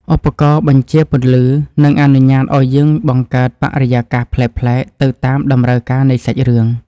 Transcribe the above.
ឧបករណ៍បញ្ជាពន្លឺនឹងអនុញ្ញាតឱ្យយើងបង្កើតបរិយាកាសប្លែកៗទៅតាមតម្រូវការនៃសាច់រឿង។